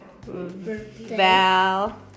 Val